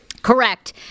Correct